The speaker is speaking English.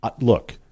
look